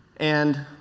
and